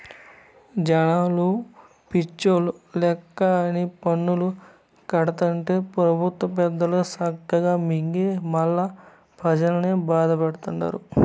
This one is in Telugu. జనాలు పిచ్చోల్ల లెక్క అన్ని పన్నులూ కడతాంటే పెబుత్వ పెద్దలు సక్కగా మింగి మల్లా పెజల్నే బాధతండారు